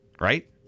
right